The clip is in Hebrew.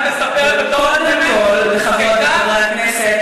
וקודם כול לחברי הכנסת,